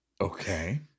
Okay